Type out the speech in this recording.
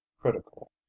critical